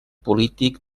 polític